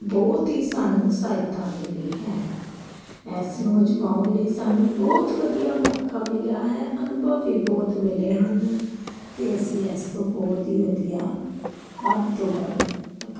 ਬਹੁਤ ਹੀ ਸਾਨੂੰ ਸਹਾਇਤਾ ਮਿਲੀ ਹੈ ਇਸ ਨੂੰ ਅਜਮਾਉਣ ਲਈ ਸਾਨੂੰ ਬਹੁਤ ਵਧੀਆ ਮੌਕਾ ਮਿਲਿਆ ਹੈ ਅਨੁਭਵ ਵੀ ਬਹੁਤ ਮਿਲੇ ਹਨ ਅਤੇ ਅਸੀਂ ਇਸ ਤੋਂ ਬਹੁਤ ਹੀ ਵਧੀਆ ਵੱਧ ਤੋਂ ਵੱਧ ਅਕਾ